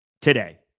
today